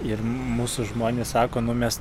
ir mūsų žmonės sako nu mes